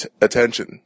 attention